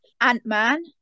Ant-Man